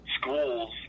schools